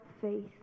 faith